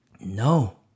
no